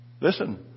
Listen